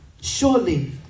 Surely